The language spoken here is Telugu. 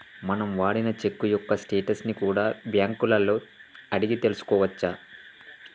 మనం వాడిన చెక్కు యొక్క స్టేటస్ ని కూడా బ్యేంకులలో అడిగి తెల్సుకోవచ్చు